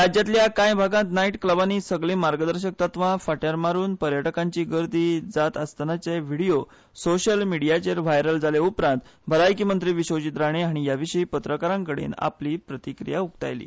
राज्यांतल्या कांय भागातं नायट क्लबांनी सगलीं मार्गदर्शक तत्वां खूंटयाळ्याक लावन पर्यटकांची गर्दी जायत आशिल्ल्याचे व्हिडियो सोशल मिडियाचेर व्हायरल जाले उपरांत भलायकी मंत्री विश्वजीत राणे हांणी हे विशीं पत्रकारां कडेन आपली प्रतिक्रिया उक्तायली